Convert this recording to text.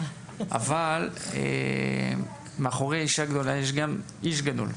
אבל מאחורי אישה גדולה יש גם איש גדול,